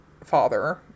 father